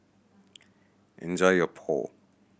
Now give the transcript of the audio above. enjoy your Pho